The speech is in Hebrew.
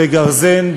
בגרזן,